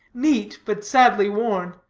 neat, but sadly worn,